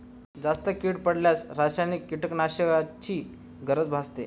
जास्त कीड पडल्यास रासायनिक कीटकनाशकांची गरज भासते